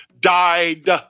died